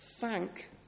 Thank